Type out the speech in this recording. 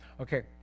Okay